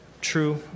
true